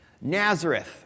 Nazareth